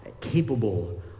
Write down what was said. capable